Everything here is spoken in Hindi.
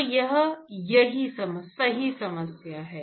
तो यह सही समस्या है